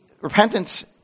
repentance